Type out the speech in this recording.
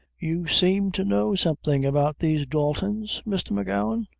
you seem to know something about these daltons, mr. m'gowan?